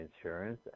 insurance